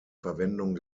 verwendung